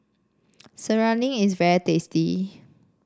serunding is very tasty